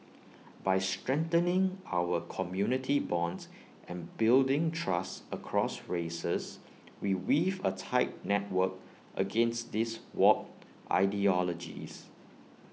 by strengthening our community bonds and building trust across races we weave A tight network against these warped ideologies